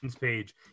page